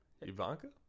Ivanka